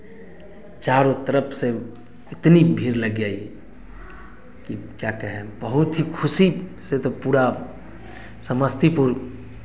चारों तरफ़ से उतनी भीड़ लग गई कि क्या कहें बहुत ही खुशी से तो पूरा समस्तीपुर